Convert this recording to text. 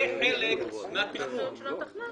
זה חלק מן התכנון.